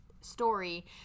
story